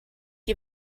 you